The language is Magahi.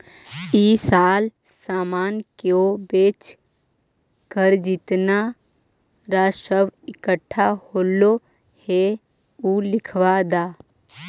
इस साल सामान को बेचकर जितना राजस्व इकट्ठा होलो हे उ लिखवा द